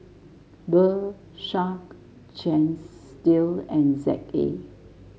Bershka Chesdale and Z A